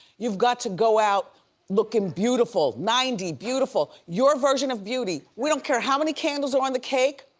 you've got to go out looking beautiful. ninety, beautiful, your version of beauty. we don't care how many candles are on the cake.